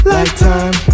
Lifetime